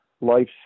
life